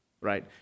Right